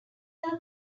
are